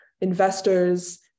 investors